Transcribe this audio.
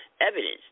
evidence